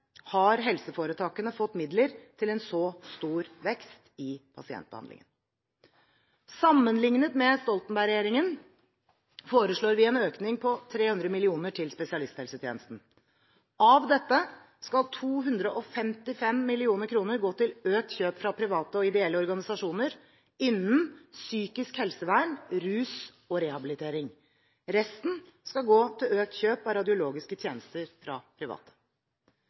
har helseforetakene fått midler til en så stor vekst i pasientbehandlingen. Sammenlignet med Stoltenberg-regjeringen foreslår vi en økning på 300 mill. kr til spesialisthelsetjenesten. Av dette skal 255 mill. kr gå til økt kjøp fra private og ideelle organisasjoner innen psykisk helsevern, rus og rehabilitering. Resten skal gå til økt kjøp av radiologiske tjenester fra private.